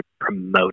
promote